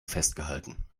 festgehalten